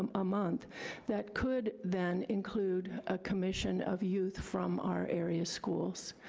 um a month that could then include a commission of youth from our area schools.